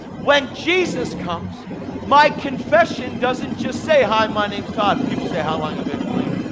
when jesus comes my confession doesn't just say, hi my name's todd. people say, how long ya been clean?